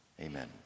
Amen